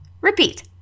Repeat